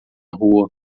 rua